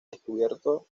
descubierto